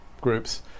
groups